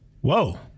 Whoa